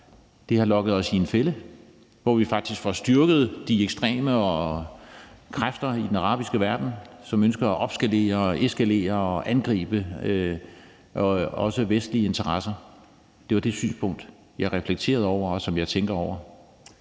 det har lokket os i en fælde, hvor vi faktisk får styrket de ekstreme kræfter i den arabiske verden, som ønsker at opskalere og eskalere og også angribe vestlige interesser? Det var det synspunkt, som jeg reflekterede over, og som jeg tænker over.